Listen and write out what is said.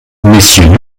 mmonsieur